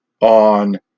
on